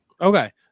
okay